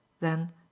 then—